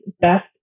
best